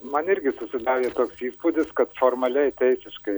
man irgi susidarė toks įspūdis kad formaliai teisiškai